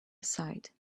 aside